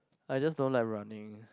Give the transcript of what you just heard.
I just don't like running